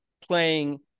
playing